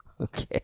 Okay